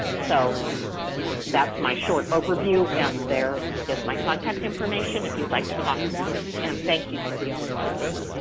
so that's my short overview, and there is my contact information, if you'd like to talk more and thank you for the opportunity.